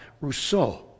Rousseau